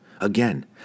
Again